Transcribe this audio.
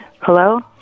Hello